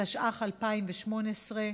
התשע"ח 2018,